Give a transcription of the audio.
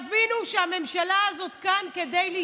אדוני יושב-ראש הכנסת, כנסת נכבדה, אדוני